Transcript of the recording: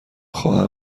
خواهم